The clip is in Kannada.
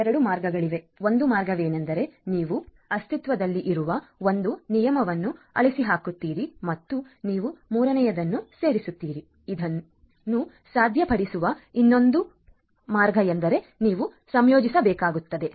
2 ಮಾರ್ಗಗಳಿವೆ ಒಂದು ಮಾರ್ಗವೆಂದರೆ ನೀವು ಅಸ್ತಿತ್ವದಲ್ಲಿರುವ ಒಂದು ನಿಯಮವನ್ನು ಅಳಿಸಿಹಾಕುತ್ತೀರಿ ಮತ್ತು ನೀವು ಮೂರನೆಯದನ್ನು ಸೇರಿಸುತ್ತೀರಿ ಇನ್ನೊಂದು ಸಾಧ್ಯತೆಯೆಂದರೆ ನೀವು ಸಂಯೋಜಿಸಬೇಕಾಗಿದೆ